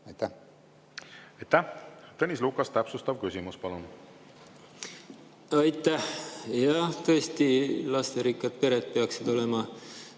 palun! Aitäh! Tõnis Lukas, täpsustav küsimus, palun! Aitäh! Jah, tõesti, lasterikkad pered peaksid olema